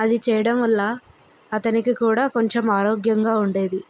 అది చేయడం వల్ల అతనికి కూడా కొంచెం ఆరోగ్యంగా ఉండేది